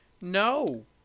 No